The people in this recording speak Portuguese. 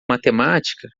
matemática